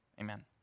Amen